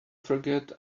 forget